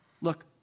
Look